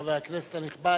חבר הכנסת הנכבד,